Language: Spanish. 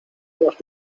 hemos